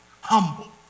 humble